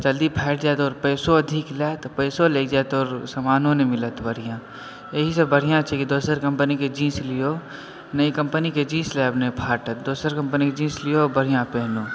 जल्दी फाइट जैत आओर पैसो अधिक लैत पैसो लागि जायत आओर समानो नहि मिलत बढ़िऑं एहि सॅं बढ़िऑं छै की दोसर कम्पनी के जींस लियौ ई कम्पनी के जींस लेब आ नहि फाटत दोसर कम्पनी के जींस लियौ आ बढ़िऑं पहिनू